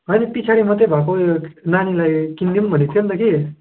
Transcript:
होइन पछाडि मात्रै भएको यो नानीलाई किनिदिउँ भनेको थियो नि त कि